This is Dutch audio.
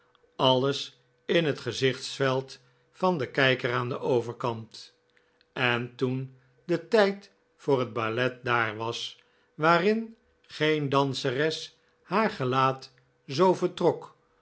alles in het gezichtsveld van den kijker aan den overkant en toen de tijd voor het ballet daar was waarin geen danseres haar gelaat zoo vertrok